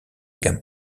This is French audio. gamme